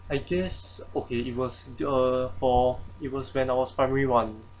I guess okay it was the uh for it was when I was primary one